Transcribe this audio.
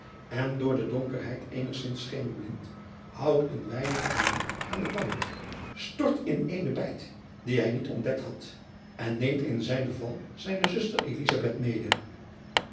en door de donkerheid eenigzins schemerblind houdt een weinig te na aan den kant stort in eene bijt die hij niet ontdekt had en neemt in zijn val zijne zuster mede